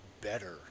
better